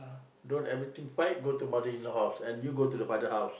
don't everything fight go to mother-in-law house and you go to the father house